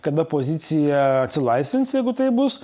kada pozicija atsilaisvins jeigu taip bus